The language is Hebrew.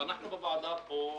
אנחנו בוועדה פה במחילה,